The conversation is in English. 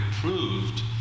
proved